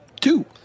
Two